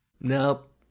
Nope